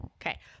Okay